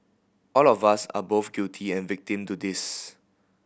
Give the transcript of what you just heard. all of us are both guilty and victim to this